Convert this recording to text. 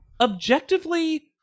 objectively